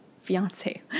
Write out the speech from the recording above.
fiance